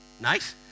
nice